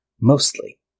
Mostly